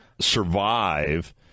survive